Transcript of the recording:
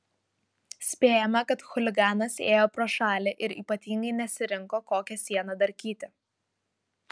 spėjama kad chuliganas ėjo pro šalį ir ypatingai nesirinko kokią sieną darkyti